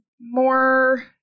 more